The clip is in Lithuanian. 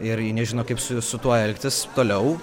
ir jie nežino kaip su su tuo elgtis toliau